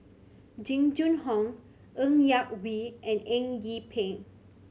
Jing Jun Hong Ng Yak Whee and Eng Yee Peng